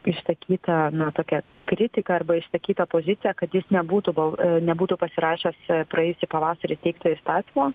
išsakytą na tokią kritiką arba išsakytą poziciją kad jis nebūtų gal nebūtų pasirašęs praėjusį pavasarį teikto įstatymo